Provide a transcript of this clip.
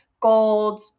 gold